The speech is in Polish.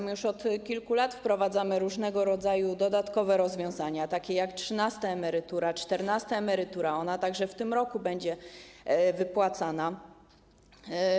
My już od kilku lat wprowadzamy różnego rodzaju dodatkowe rozwiązania, takie jak trzynasta emerytura, czternasta emerytura, która także w tym roku będzie wypłacana.